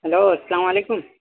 hello السلام علیکم